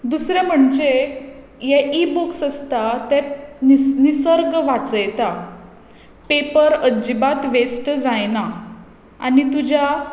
दुसरें म्हणजे हे इ बुक्स आसता ते निस निसर्ग वाचयता पेपर अजिबात वेस्ट जायना आनी तुज्या